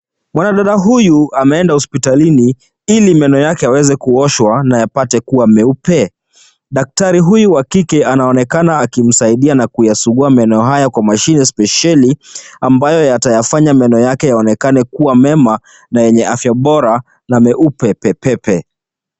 Mwanadada huyu ameenda hospitalini, ili meno yake yapate kuoshwa na yakuwe meupe. Daktari huyu wa kike anaonekana akimsaidia na kuyasugua meno haya kwa mashine spesheli, ambayo yatayafanya meno yake yaonekane kuwa mema na yenye afya bora na meupe pepepe.